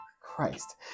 Christ